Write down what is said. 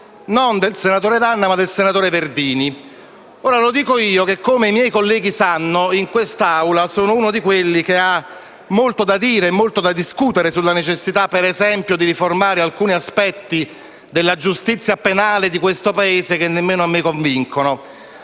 non del senatore D'Anna ma del senatore Verdini. Lo dico io che, come i miei colleghi sanno, in quest'Assemblea sono uno di coloro che hanno molto da dire e da discutere sulla necessità di riformare alcuni aspetti della giustizia penale di questo Paese, che non mi convincono.